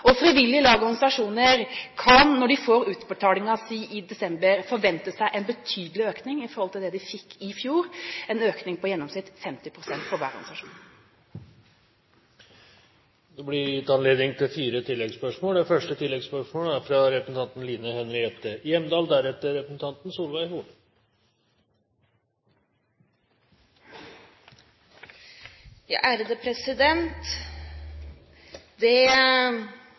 Frivillige lag og organisasjoner kan når de får utbetalingen sin i desember, forvente seg en betydelig økning i forhold til det de fikk i fjor, en økning på i gjennomsnitt 50 pst. for hver organisasjon. Det blir gitt anledning til fire